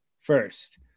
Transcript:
first